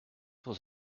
was